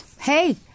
hey